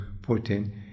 Putin